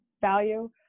value